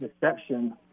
deception